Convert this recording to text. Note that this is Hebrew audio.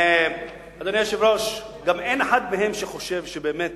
אדוני היושב-ראש, גם אין אחד מהם שחושב שבאמת